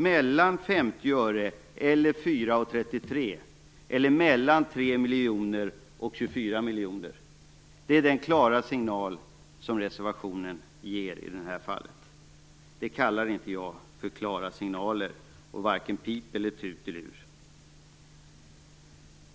mellan 50 öre och 4:33, eller mellan 3 miljoner och 24 miljoner. Det är den klara signal som reservationen ger i det här fallet. Det kallar inte jag klara signaler och varken pip eller tut i luren.